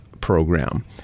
program